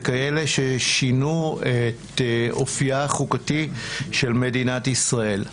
וככאלה ששינו את אופייה החוקתי של מדינת ישראל.